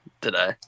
today